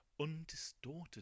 undistorted